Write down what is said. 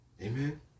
amen